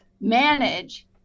manage